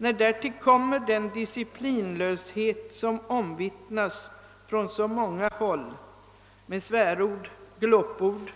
När därtill kommer den disciplinlöshet som omvittnas från så många håll — med svärord, glåpord